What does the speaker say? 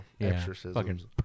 exorcisms